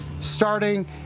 starting